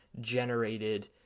generated